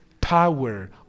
power